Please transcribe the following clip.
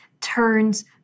turns